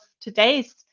today's